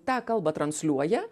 tą kalbą transliuoja